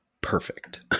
perfect